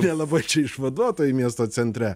nelabai čia išvaduotojai miesto centre